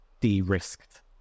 de-risked